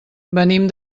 venim